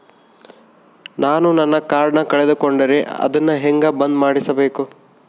ನಾನು ನನ್ನ ಕಾರ್ಡನ್ನ ಕಳೆದುಕೊಂಡರೆ ಅದನ್ನ ಹೆಂಗ ಬಂದ್ ಮಾಡಿಸಬೇಕು?